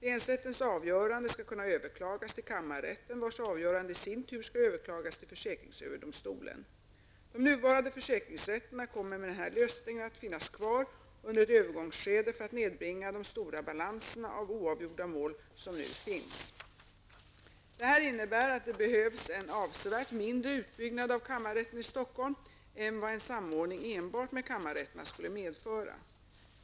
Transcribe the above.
Länsrättens avgörande skall kunna överklagas till kammarrätten, vars avgörande i sin tur skall överklagas till försäkringsöverdomstolen. De nuvarande försäkringsrätterna kommer med denna lösning att finnas kvar under ett övergångsskede för att nedbringa de stora balanserna av oavgjorda mål som nu finns. Det här innebär att det behövs en avsevärt mindre utbyggnad av kammarrätten i Stockholm än vad en samordning enbart med kammarrätterna skulle medföra.